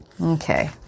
Okay